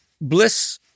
bliss